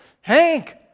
Hank